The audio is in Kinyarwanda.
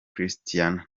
christian